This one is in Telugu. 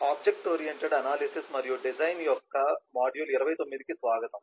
ఆబ్జెక్ట్ ఓరియెంటెడ్ అనాలిసిస్ మరియు డిజైన్ యొక్క మాడ్యూల్ 29 కు స్వాగతం